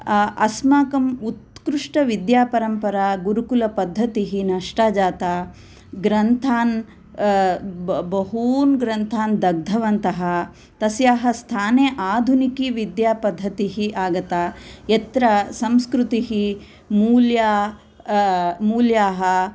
अस्माकं उत्कृष्टविद्यापरम्परा गुरुकुलपद्धतिः नष्टा जाता ग्रन्थान् बहून् ग्रन्थान् दग्धवन्तः तस्याः स्थाने आधुनिकी विद्या पद्धतिः आगता यत्र संस्कृतिः मूल्या मूल्याः